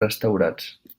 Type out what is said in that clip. restaurats